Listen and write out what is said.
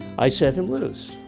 i set him loose.